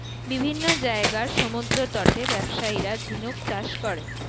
বিভিন্ন জায়গার সমুদ্রতটে ব্যবসায়ীরা ঝিনুক চাষ করে